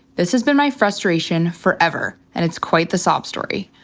this has been my frustration forever and it's quite the sob story.